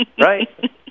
Right